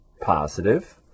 positive